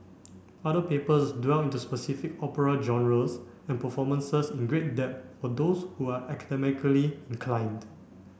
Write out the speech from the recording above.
other papers dwell into specific opera genres and performances in great depth for those who are academically inclined